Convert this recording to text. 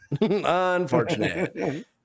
Unfortunate